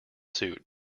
suit